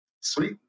Sweet